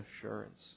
assurance